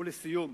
ולסיום,